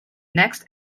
next